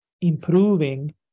improving